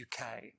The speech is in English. UK